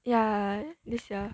ya this year